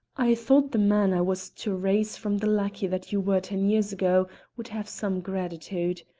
i thought the man i was to raise from the lackey that you were ten years ago would have some gratitude.